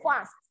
fast